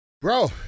Bro